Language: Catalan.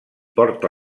porta